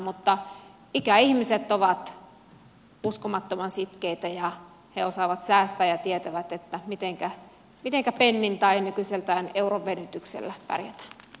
mutta ikäihmiset ovat uskomattoman sitkeitä ja he osaavat säästää ja tietävät mitenkä pennin tai nykyiseltään euron venytyksellä pärjätään